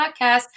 podcast